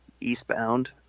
eastbound